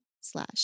slash